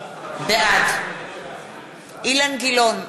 בעד אילן גילאון,